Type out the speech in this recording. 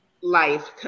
life